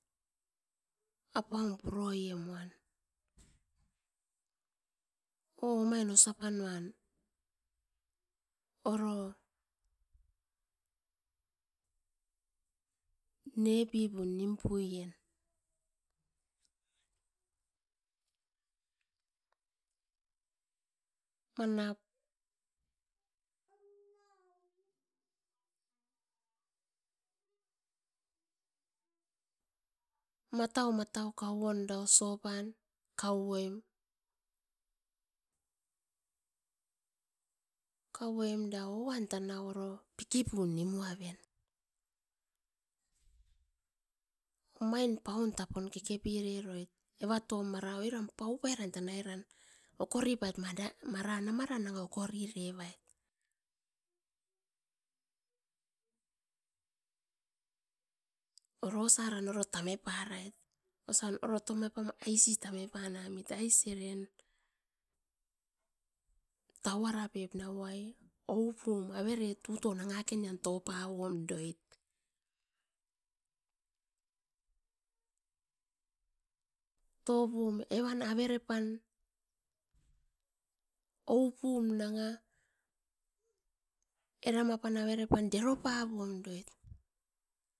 Apaun puroiemuan oh omain osiapanuan oro niepipum nimpuien. Manap matau matau kauon de sopan kauoim, kauoimda oan tanau oro pikipum nimuaven. Omain paun tapu kekepireroit evatom mara oiram paupairan tanairan okoripait mam mara da nanga okorirevait orosaran oro tameparait osan oro tamepam aisi tameparamit aisi eren, tauarapep nau oh ai oupum avere tuton nangakenian topavoim doit. Topum evan averepan, oupum nanga eramp averepan deropavoimdoit.